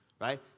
right